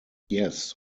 yes